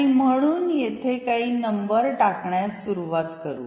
आणि म्हणून येथे काही नंबर टाकण्यास सुरूवात करु